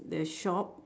the shop